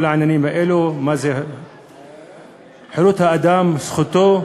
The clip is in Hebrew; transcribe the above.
כל העניינים האלה: מה זה חירות האדם, זכותו,